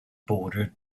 bordered